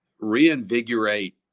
reinvigorate